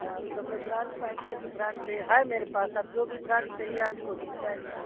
हाँ सब लोग ब्रैन्ड पहनते हैं तो ब्रैन्ड चाहिए है मेरे पास अब जो भी ब्रैन्डस चाहिए आपको मिल जाएगा